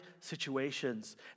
situations